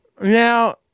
Now